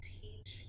teach